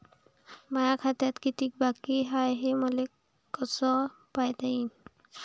माया खात्यात कितीक बाकी हाय, हे मले कस पायता येईन?